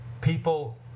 people